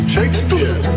Shakespeare